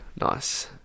nice